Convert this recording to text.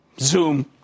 Zoom